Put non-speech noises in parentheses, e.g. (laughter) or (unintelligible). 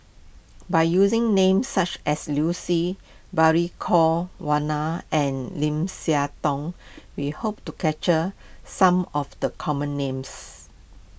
by using names such as Liu Si Balli Kaur (unintelligible) and Lim Siah Tong we hope to catcher some of the common names